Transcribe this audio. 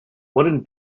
wooden